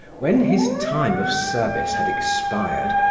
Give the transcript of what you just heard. when his time of service had expired,